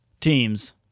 teams